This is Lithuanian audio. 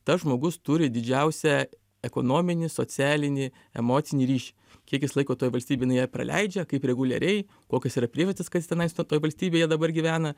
tas žmogus turi didžiausią ekonominį socialinį emocinį ryšį kiek jis laiko toj valstybėj narėje praleidžia kaip reguliariai kokios yra priežastys kad jis tenai toje valstybėje dabar gyvena